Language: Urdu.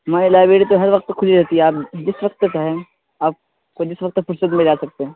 ہماری لائیبریری تو ہر وقت کھلی رہتی ہے آپ جس وقت چاہیں آپ کو جس وقت تک فہرست ملے آ سکتے ہیں